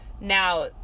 now